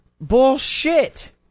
Bullshit